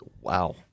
Wow